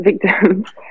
victims